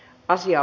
asia